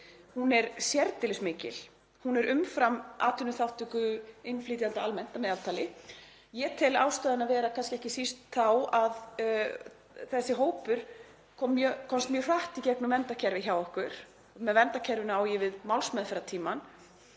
Hún er sérdeilis mikil. Hún er umfram atvinnuþátttöku innflytjenda almennt að meðaltali. Ég tel ástæðuna kannski ekki síst vera þá að þessi hópur komst mjög hratt í gegnum verndarkerfið hjá okkur, og með verndarkerfinu á ég við málsmeðferðartímann,